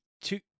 two